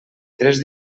tres